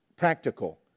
Practical